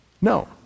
No